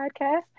podcast